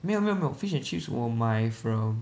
没有没有没有 fish and chips 我买 from